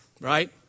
Right